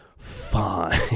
Fine